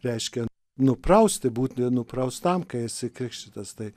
reiškia nuprausti būti nupraustam kai esi krikštytas tai